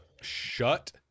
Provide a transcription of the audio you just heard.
Shut